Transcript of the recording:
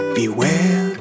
beware